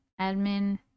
admin